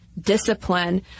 discipline